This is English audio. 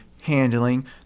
handling